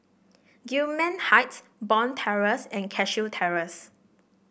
Gillman Heights Bond Terrace and Cashew Terrace